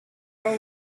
roll